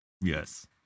yes